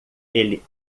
ele